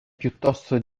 piuttosto